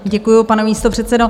Děkuji, pane místopředsedo.